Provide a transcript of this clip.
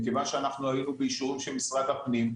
מכיוון שאנחנו היום באישור של משרד הפנים,